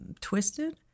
twisted